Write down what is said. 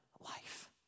life